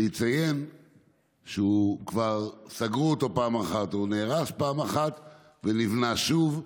אני אציין שכבר סגרו אותו פעם אחת והוא נהרס פעם אחת ונבנה שוב.